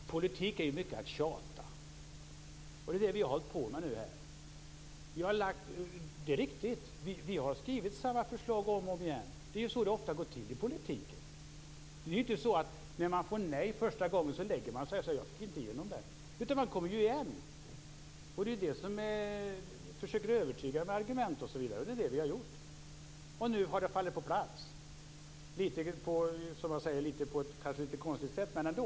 Fru talman! Politik är mycket att tjata, och det är det vi har hållit på med här. Det är riktigt att vi har skrivit samma förslag om och om igen. Det är ju så det ofta går till i politiken. Det är ju inte så att när man får nej första gången så lägger man sig och klagar över att man inte fick igenom sitt förslag. Man kommer ju igen! Och man försöker övertyga med argument osv. och det är det vi har gjort. Och nu har det fallit på plats, kanske som jag sade på ett lite konstigt sätt, men ändå.